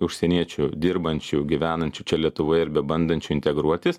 užsieniečių dirbančių gyvenančių čia lietuvoje ir bebandančių integruotis